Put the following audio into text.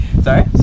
Sorry